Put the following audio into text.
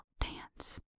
dance